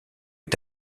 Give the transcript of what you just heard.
est